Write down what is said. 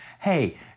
Hey